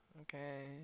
Okay